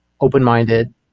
open-minded